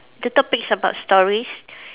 the topic is about stories